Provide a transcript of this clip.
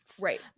Right